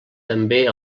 també